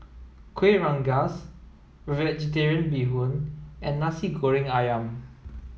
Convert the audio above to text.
Kuih Rengas vegetarian bee hoon and Nasi Goreng Ayam